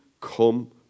come